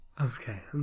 okay